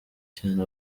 cyane